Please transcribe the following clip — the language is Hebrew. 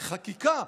חקיקה,